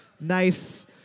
nice